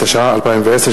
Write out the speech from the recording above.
התשע"א 2010,